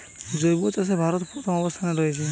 জৈব চাষে ভারত প্রথম অবস্থানে রয়েছে